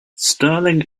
stirling